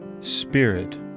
spirit